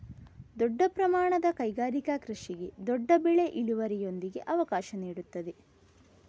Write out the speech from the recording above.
ದೊಡ್ಡ ಪ್ರಮಾಣದ ಕೈಗಾರಿಕಾ ಕೃಷಿಗೆ ದೊಡ್ಡ ಬೆಳೆ ಇಳುವರಿಯೊಂದಿಗೆ ಅವಕಾಶ ನೀಡುತ್ತದೆ